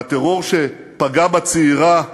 הטרור שפגע בצעירה הנוספת,